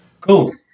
cool